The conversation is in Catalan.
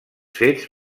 fets